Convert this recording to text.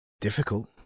difficult